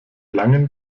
langen